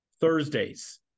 Thursdays